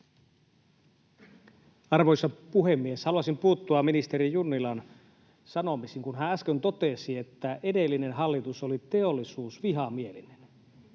Arvoisa puhemies! Haluaisin puuttua ministeri Junnilan sanomisiin, kun hän äsken totesi, että edellinen hallitus oli teollisuusvihamielinen.